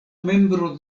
membro